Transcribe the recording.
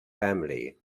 family